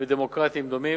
ודמוקרטיים דומים,